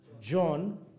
John